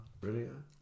Brilliant